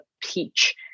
peach